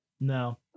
No